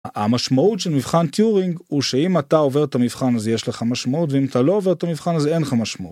המשמעות של מבחן טיורינג הוא שאם אתה עובר את המבחן הזה יש לך משמעות ואם אתה לא עובר את המבחן הזה אין לך משמעות.